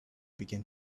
began